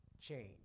change